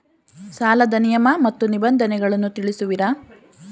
ಸಾಲದ ನಿಯಮ ಮತ್ತು ನಿಬಂಧನೆಗಳನ್ನು ತಿಳಿಸುವಿರಾ?